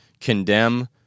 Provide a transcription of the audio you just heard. condemn